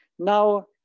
Now